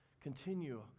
continue